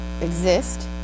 Exist